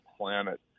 planet